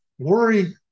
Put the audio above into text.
Worry